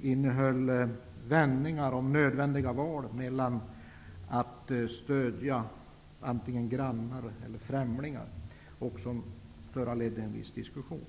innehöll vändningar om nödvändiga val när det gäller att stödja antingen grannar eller också främlingar. Det föranledde en viss diskusssion.